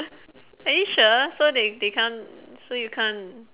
are you sure so they they can't so you can't